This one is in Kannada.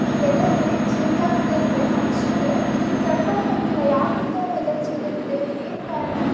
ಈ ವೆದರ್ ಹೇಗೆ ಚೇಂಜ್ ಆಗ್ತಿದೆ ಅಂದರೆ ಮನುಷ್ಯರಿಗೆ ತಡ್ಕೊಳಕ್ಕಾಗ್ತಿಲ್ಲ ಯಾಕೆ ಈ ಥರ ವೆದರ್ ಚೇಂಜ್ ಆಗ್ತಿದೆ ಏನು ಕಾರಣ